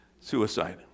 suicide